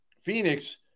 Phoenix